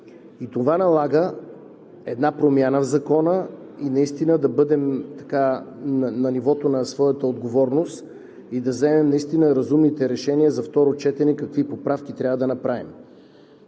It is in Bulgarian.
Това налага една промяна в Закона, наистина да бъдем на нивото на своята отговорност и да вземем наистина разумните решения какви поправки трябва да направим